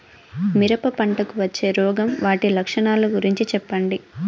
మిరప పంటకు వచ్చే రోగం వాటి లక్షణాలు గురించి చెప్పండి?